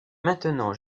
maintenant